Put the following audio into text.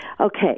Okay